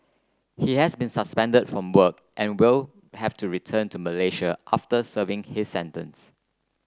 he has been suspended from work and will have to return to Malaysia after serving his sentence